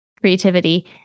creativity